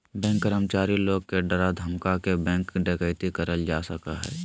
bank कर्मचारी लोग के डरा धमका के बैंक डकैती करल जा सका हय